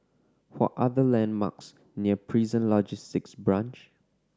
what are the landmarks near Prison Logistic Branch